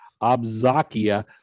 Abzakia